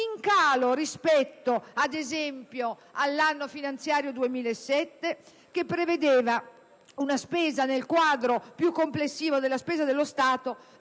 in calo rispetto, ad esempio, all'anno finanziario 2007, che, nel quadro più complessivo della spesa dello Stato,